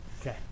Okay